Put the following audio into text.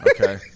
Okay